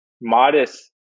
modest